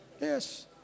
Yes